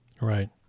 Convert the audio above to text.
Right